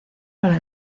para